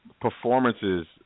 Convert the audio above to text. performances